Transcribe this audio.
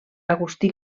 agustí